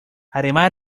además